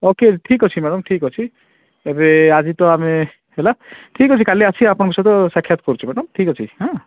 okay ଠିକ୍ ଅଛି madam ଠିକ୍ ଅଛି ଏବେ ଆଜି ତ ଆମେ ହେଲା ଠିକ୍ ଅଛି କାଲି ଆସି ଆପଣଙ୍କ ସହିତ ସାକ୍ଷାତ୍ କରୁଛି ମ୍ୟାଡ଼ାମ୍ ଠିକ୍ ଅଛି